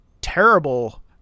terrible